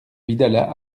vidalat